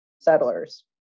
settlers